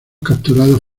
capturados